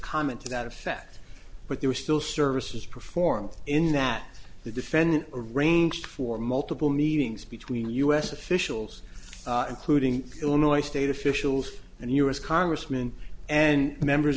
comment to that effect but there are still services performed in that the defendant arranged for multiple meetings between u s officials including illinois state officials and u s congressman and members